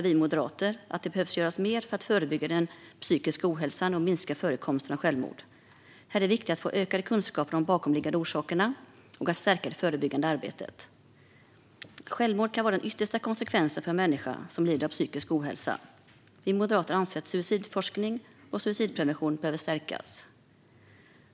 Vi moderater anser att det behöver göras mer för att förebygga psykisk ohälsa och minska förekomsten av självmord. Det är viktigt att få ökade kunskaper om de bakomliggande orsakerna och att stärka det förebyggande arbetet. Självmord kan vara den yttersta konsekvensen för en människa som lider av psykisk ohälsa. Vi moderater anser att suicidforskning och suicidprevention behöver stärkas.